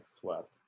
swept